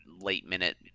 late-minute